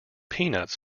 peanuts